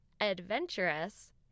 adventurous